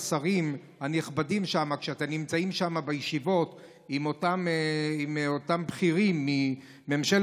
לשרים הנכבדים שם: כשאתם נמצאים שם בישיבות עם אותם בכירים מממשלת